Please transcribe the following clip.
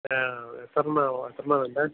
ആ എത്രയെണ്ണമാ എത്രയെണ്ണമാ വേണ്ടത്